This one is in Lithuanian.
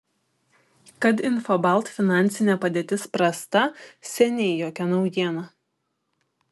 kad infobalt finansinė padėtis prasta seniai jokia naujiena